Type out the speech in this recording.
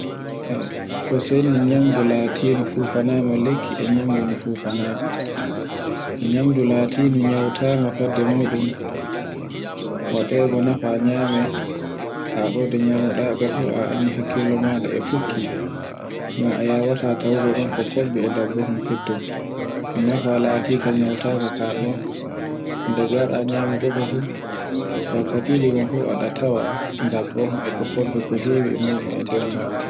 E ko sendi nyamdu latindi fufunama lekki enyawu ndu fufunaaka, nyamdu latindu nyautawama fadde muɗum waɗego nyafa nyame kaɗode nyamuɗago fu a anndi ahkkilo maɗa e fukki. Ngan a yawata tawugo ndum ko kobbe e dabbahol fetton nafa latika nyautaka kaɗo nde jaɗa kakafu, wakkatiji ɗin fu a tawa dabbahol e ko kolli e ko hewi e nder makkum.